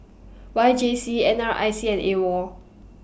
Y J C N R I C and AWOL